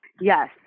Yes